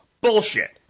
Bullshit